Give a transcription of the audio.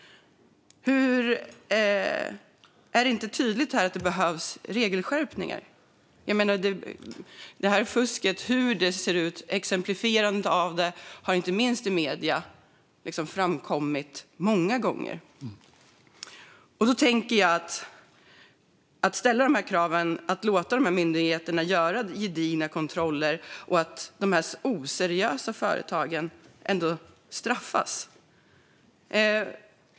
Är det inte tydligt att det behövs regelskärpningar? Exempel på fusk har framkommit många gånger inte minst i medierna. Ställ krav och låt myndigheter göra gedigna kontroller så att oseriösa företag straffas.